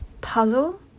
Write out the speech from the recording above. puzzle